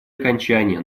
окончания